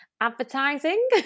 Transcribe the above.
advertising